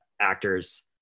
actors